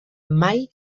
mai